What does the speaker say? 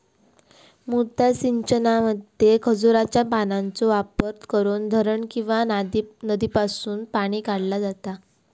मुद्दा सिंचनामध्ये खजुराच्या पानांचो वापर करून धरण किंवा नदीसून पाणी काढला जाता